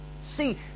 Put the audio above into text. See